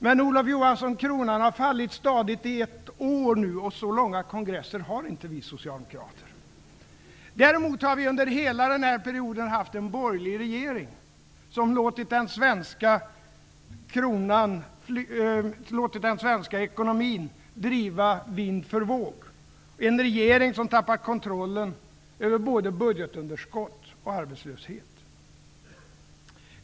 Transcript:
Men, Olof Johansson, kronan har fallit stadigt i ett år nu. Så långa kongresser har inte vi socialdemokrater. Däremot har vi under hela den perioden haft en borgerlig regering som låtit den svenska ekonomin driva vind för våg, en regering som tappat kontrollen över både budgetunderskott och arbetslöshet.